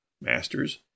Masters